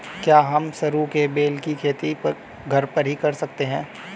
क्या हम सरू के बेल की खेती घर पर ही कर सकते हैं?